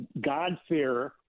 God-fearer